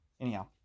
anyhow